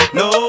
no